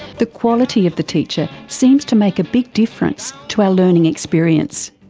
the quality of the teacher seems to make a big difference to our learning experience.